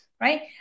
right